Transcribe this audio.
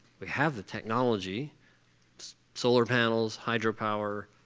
we have the technology solar panels, hydropower,